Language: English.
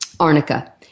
Arnica